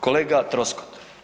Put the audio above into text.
Kolega Troskot.